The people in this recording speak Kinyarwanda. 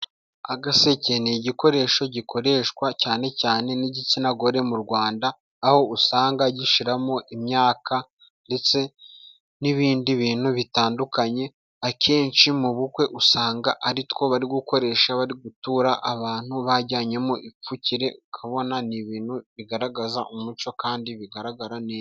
Agaseke ni igikoresho gikoreshwa cyane cyane n'igitsina gore mu Rwanda aho usanga gishiramo imyaka ndetse n'ibindi bintu bitandukanye akenshi mu bukwe usanga aritwo bari gukoresha bari gutura abantu bajyanyemo ipfukire ukabona ni ibintu bigaragaza umuco kandi bigaragara neza.